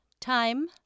Time